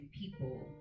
people